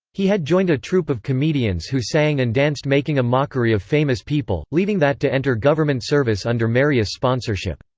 he had joined a troupe of comedians who sang and danced making a mockery of famous people, leaving that to enter government service under marius' sponsorship.